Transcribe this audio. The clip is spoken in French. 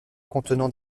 contenant